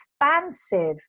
expansive